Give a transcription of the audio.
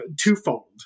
twofold